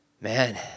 man